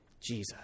Jesus